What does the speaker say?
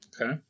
okay